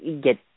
get